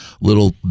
little